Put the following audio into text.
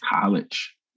college